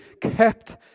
kept